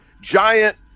giant